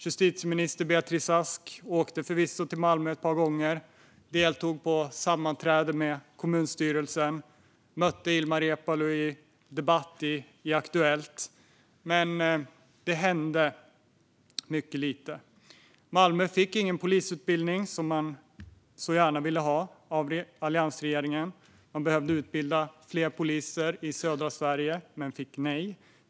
Justitieminister Beatrice Ask åkte förvisso till Malmö ett par gånger och deltog på kommunstyrelsens sammanträde och mötte Ilmar Reepalu i en debatt i Aktuellt , men det hände mycket lite. Malmö fick ingen polisutbildning, som man så gärna ville få av alliansregeringen. Man behövde utbilda fler poliser i södra Sverige men fick nej.